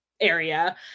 area